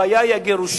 הבעיה היא הגירושים.